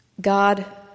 God